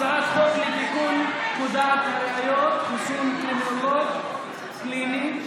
הצעת חוק לתיקון פקודת הראיות (חסיון קרימינולוג קליני),